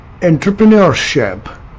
entrepreneurship